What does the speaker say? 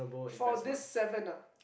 for these seven ah